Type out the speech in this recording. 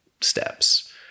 steps